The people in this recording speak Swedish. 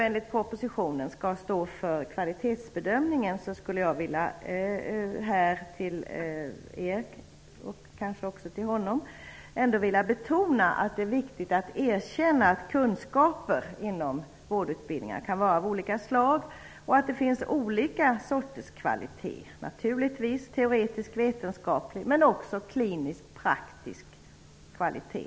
Enligt propositionen är det nu Kanslersämbetet som skall stå för kvalitetsbedömningen. Jag vill då betona att det är viktigt att erkänna att kunskaper inom vårdutbildningarna kan vara av olika slag och att det finns olika sorters kvalitet. Det är naturligtvis teoretisk-vetenskaplig kvalitet men också klinisk-praktisk kvalitet.